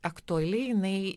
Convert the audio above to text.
aktuali jinai